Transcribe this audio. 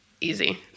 easy